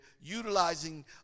utilizing